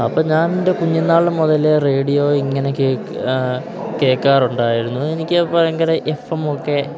അപ്പം ഞാനെന്റെ കുഞ്ഞുന്നാൾ മുതലേ റേഡിയോ ഇങ്ങനെ കേക്ക് കേൾക്കാറുണ്ടായിരുന്നു എനിക്ക് ഭയങ്കര എഫ് എം ഒക്കെ